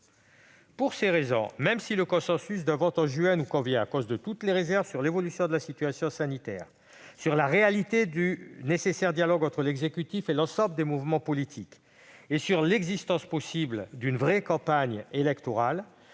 toutes ces raisons, même si le consensus d'un vote en juin nous convient, du fait de toutes nos réserves sur l'évolution de la situation sanitaire, sur la réalité d'un nécessaire dialogue entre l'exécutif et l'ensemble des mouvements politiques et sur l'existence possible d'une vraie campagne électorale,